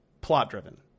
plot-driven